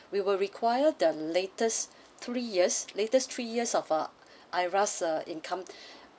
we will require the latest three years latest three years of uh IRAS uh income